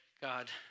God